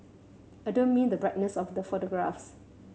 I don't mean the brightness of the photographs